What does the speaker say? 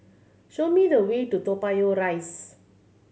show me the way to Toa Payoh Rise